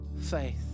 Faith